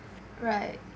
right